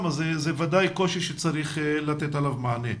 אז זה ודאי קושי שצריך לתת עליו מענה.